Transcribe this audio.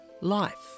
Life